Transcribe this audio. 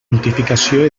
notificació